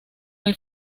muy